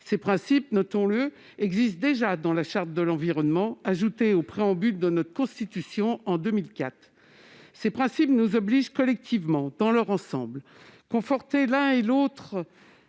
Ces principes existent déjà dans la Charte de l'environnement, ajouté au préambule de la Constitution en 2005. Ces principes nous obligent collectivement, dans leur ensemble. Conforter l'un ou l'autre